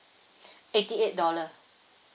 eighty eight dollar